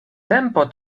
tempo